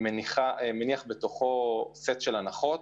מניח בתוכו סט של הנחות.